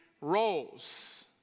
roles